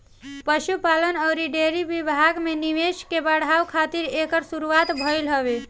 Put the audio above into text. पशुपालन अउरी डेयरी विभाग में निवेश के बढ़ावे खातिर एकर शुरुआत भइल हवे